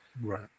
right